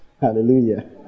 Hallelujah